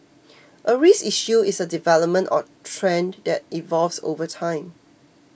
a risk issue is a development or trend that evolves over time